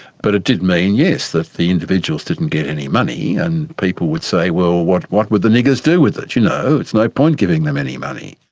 but it did mean, yes, that the individuals didn't get any money, and people would say, well what what would the niggers do with it? you know it's no point giving them any money.